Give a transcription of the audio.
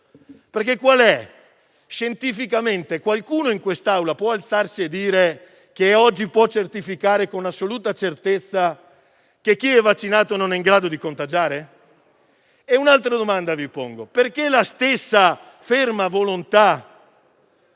è la base scientifica? Qualcuno in questa Aula può alzarsi e dire che oggi può certificare con assoluta certezza che chi è vaccinato non è in grado di contagiare? Mi pongo un'altra domanda: perché la stessa ferma volontà